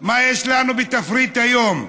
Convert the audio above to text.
מה יש לנו בתפריט היום.